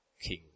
king